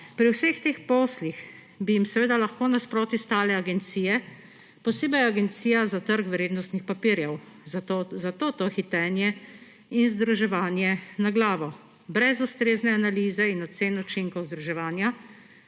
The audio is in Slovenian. Pri vseh teh poslih bi jim seveda lahko nasproti stale agencije, posebej Agencija za trg vrednostnih papirjev, zato to hitenje in združevanje na glavo brez ustrezne analize in ocen učinkov združevanja,